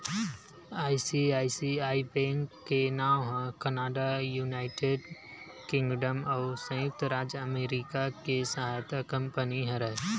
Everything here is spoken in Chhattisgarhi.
आई.सी.आई.सी.आई बेंक के नांव ह कनाड़ा, युनाइटेड किंगडम अउ संयुक्त राज अमरिका के सहायक कंपनी हरय